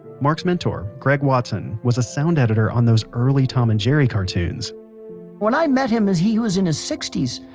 mark's mentor greg watson was a sound editor on those early tom and jerry cartoons when i met him, he was in his sixty s,